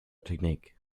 technique